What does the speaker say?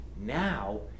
Now